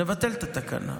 נבטל את התקנה,